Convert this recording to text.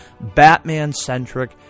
Batman-centric